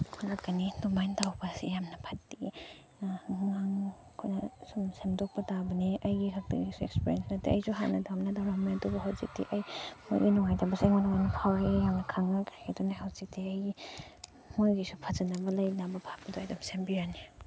ꯈꯣꯠꯂꯛꯀꯅꯤ ꯑꯗꯨꯃꯥꯏꯅ ꯇꯧꯕ ꯑꯁꯤ ꯌꯥꯝꯅ ꯐꯠꯇꯦ ꯑꯩꯈꯣꯏꯅ ꯁꯨꯝ ꯁꯦꯝꯗꯣꯛꯄ ꯇꯥꯕꯅꯤ ꯑꯩꯒꯤ ꯈꯛꯇꯒꯤꯁꯨ ꯑꯦꯛꯄꯤꯔꯤꯌꯦꯟꯁ ꯅꯠꯇꯦ ꯑꯩꯁꯨ ꯍꯥꯟꯅꯗꯧꯅ ꯇꯧꯔꯝꯃꯦ ꯑꯗꯨꯕꯨ ꯍꯧꯖꯤꯛꯇꯤ ꯑꯩ ꯃꯣꯏꯒꯤ ꯅꯨꯡꯉꯥꯏꯇꯕꯁꯦ ꯑꯩꯉꯣꯟꯗ ꯂꯣꯏꯅ ꯐꯥꯎꯔꯛꯑꯦ ꯌꯥꯝꯅ ꯈꯪꯈ꯭ꯔꯦ ꯑꯗꯨꯅ ꯍꯧꯖꯤꯛꯇꯤ ꯑꯩ ꯃꯣꯏꯒꯤꯁꯨ ꯐꯖꯅꯕ ꯂꯩꯅꯕ ꯃꯐꯝꯗꯨ ꯑꯩ ꯑꯗꯨꯝ ꯁꯦꯝꯕꯤꯔꯅꯤ